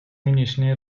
нынешний